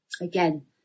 Again